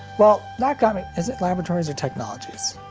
well that got me, is it laboratories or technologies?